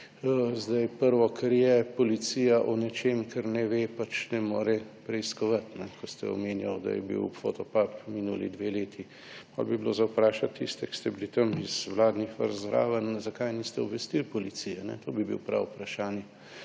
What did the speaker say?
Zdaj, prvo, kar je, policija o nečem, kar ne ve, pač ne more preiskovati. Ko ste omenjali, da je bil Fotopub minuli dve leti, potem bi bilo za vprašati tiste, ki ste bili tam iz vladnih vrst zraven, zakaj niste obvestili policije, to bi bilo pravo vprašanje.